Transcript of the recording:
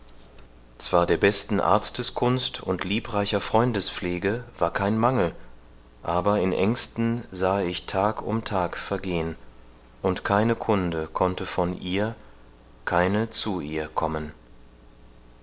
zwar der besten arzteskunst und liebreicher freundespflege war kein mangel aber in ängsten sahe ich tag um tag vergehen und keine kunde konnte von ihr keine zu ihr kommen